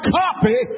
copy